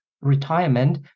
retirement